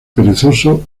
perezoso